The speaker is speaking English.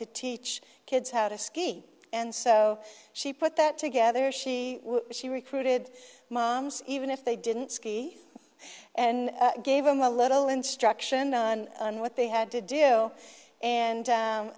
to teach kids how to ski and so she put that together she she recruited even if they didn't ski and gave him a little instruction and what they had to do and